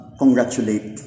congratulate